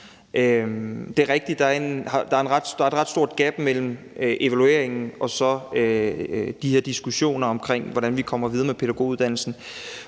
Det er rigtigt, at der er et ret stort gab mellem evalueringen og så de her diskussioner om, hvordan vi kommer videre med pædagoguddannelsen;